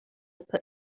put